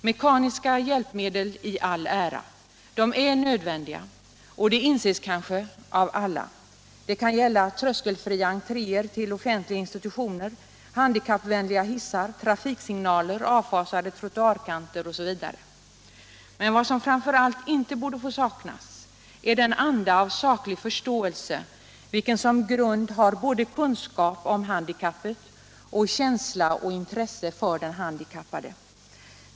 Mekaniska hjälpmedel i all ära — de är nödvändiga, och det inses kanske av alla. Det kan gälla tröskelfria entréer till offentliga institutioner, handikappvänliga hissar, trafiksignaler, avfasade trottoarkanter osv. Men vad som framför allt inte borde få saknas är den anda av saklig förståelse, vilken som grund har både kunskap om handikappet och känsla och intresse för den handikappade.